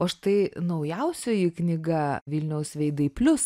o štai naujausioji knyga vilniaus veidai plius